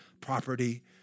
property